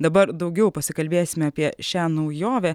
dabar daugiau pasikalbėsime apie šią naujovę